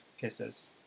kisses